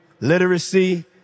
literacy